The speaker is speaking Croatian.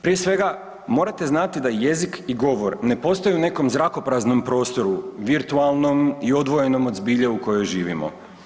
Prije svega morate znati da jezik i govor ne postoji u nekom zrakopraznom prostoru, virtualnom i odvojenom od zbilje u kojoj živimo.